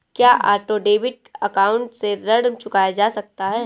क्या auto debit account से ऋण चुकाया जा सकता है?